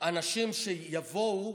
אנשים שיבואו